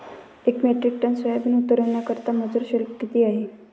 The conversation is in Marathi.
एक मेट्रिक टन सोयाबीन उतरवण्याकरता मजूर शुल्क किती आहे?